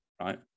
right